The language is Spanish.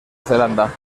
zelanda